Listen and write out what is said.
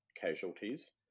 casualties